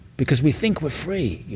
because we think we're free.